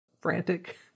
frantic